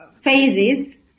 phases